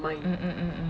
um um um um